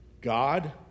God